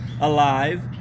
alive